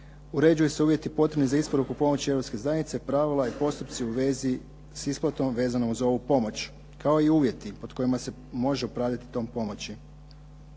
Uređuju se uvjeti potrebni za isporuku pomoći Europske zajednice, pravila i postupci u vezi s isplatom vezano uz ovu pomoć kao i uvjeti pod kojima se može upravljati tom pomoći.